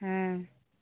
हॅं